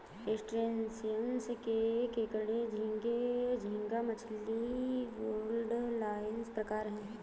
crustaceans में केकड़े झींगे, झींगा मछली, वुडलाइस प्रकार है